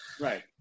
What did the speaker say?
Right